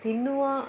ತಿನ್ನುವ